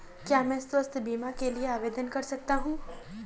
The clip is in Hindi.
क्या मैं स्वास्थ्य बीमा के लिए आवेदन कर सकता हूँ?